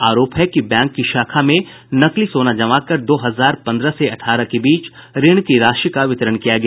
आरोप है कि बैंक की शाखा में नकली सोना जमाकर दो हजार पंद्रह से अठारह के बीच ऋण की राशि का वितरण किया गया